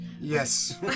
Yes